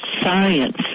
science